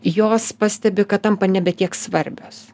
jos pastebi kad tampa nebe tiek svarbios